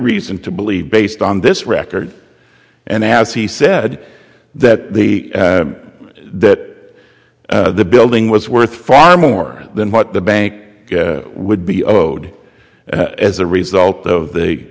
reason to believe based on this record and as he said that the that the building was worth far more than what the bank would be owed as a result of the